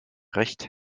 recht